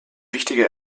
wichtiger